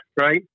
right